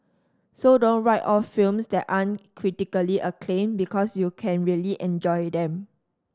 so don't write off films that aren't critically acclaimed because you can really enjoy them